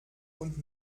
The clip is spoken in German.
und